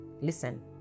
Listen